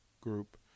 group